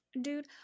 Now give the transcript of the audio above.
Dude